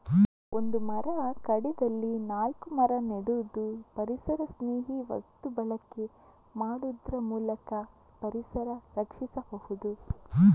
ಒಂದು ಮರ ಕಡಿದಲ್ಲಿ ನಾಲ್ಕು ಮರ ನೆಡುದು, ಪರಿಸರಸ್ನೇಹಿ ವಸ್ತು ಬಳಕೆ ಮಾಡುದ್ರ ಮೂಲಕ ಪರಿಸರ ರಕ್ಷಿಸಬಹುದು